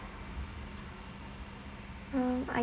uh I